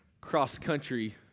cross-country